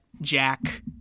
Jack